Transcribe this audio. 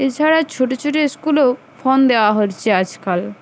এছাড়া ছোটো ছোটো স্কুলেও ফোন দেওয়া হচ্ছে আজকাল